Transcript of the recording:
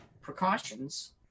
precautions